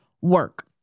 work